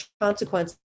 consequences